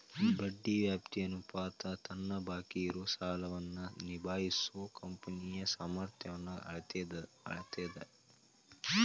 ಬಡ್ಡಿ ವ್ಯಾಪ್ತಿ ಅನುಪಾತ ತನ್ನ ಬಾಕಿ ಇರೋ ಸಾಲವನ್ನ ನಿಭಾಯಿಸೋ ಕಂಪನಿಯ ಸಾಮರ್ಥ್ಯನ್ನ ಅಳೇತದ್